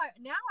now